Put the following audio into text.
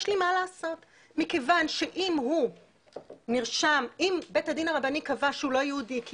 לי מה לעשות מכיוון שאם בית הדין הרבני קבע שהוא לא יהודי כי